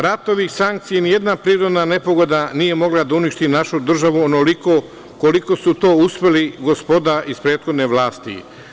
Ratovi, sankcije i nijedna prirodna nepogoda nije mogla da uništi našu državu onoliko koliko su to uspeli gospoda iz prethodne vlasti.